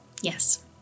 yes